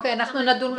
נשמע את